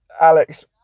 Alex